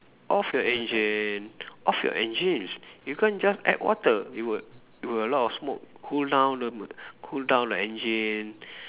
off your engine off your engines you can't just add water it will it will a lot of smoke cool down the cool down the engine